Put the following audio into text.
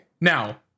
now